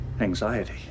anxiety